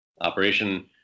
operation